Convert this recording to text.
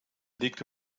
liegt